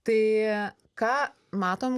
tai ką matom